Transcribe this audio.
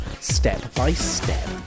step-by-step